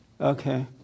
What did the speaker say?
Okay